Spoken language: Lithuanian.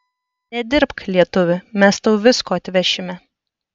nedirbk lietuvi mes tau visko atvešime